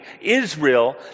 Israel